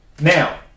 Now